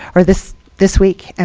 or this this week, and